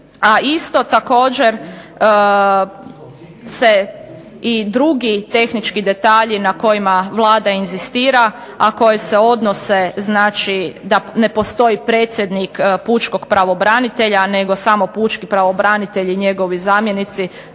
a isto također se i drugi tehnički detalji na kojima Vlada inzistira a koje se odnose znači da ne postoji predsjednik pučkog pravobranitelja, nego samo pučki pravobranitelj i njegovi zamjenici